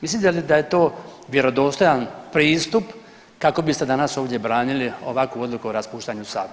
Mislite li da je to vjerodostojan pristup kako biste danas ovdje branili ovakvu odluku o raspuštanju sabora?